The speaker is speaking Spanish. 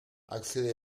accede